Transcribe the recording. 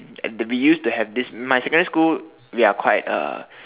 and we used to have this my secondary school we are quite uh